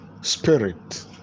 Spirit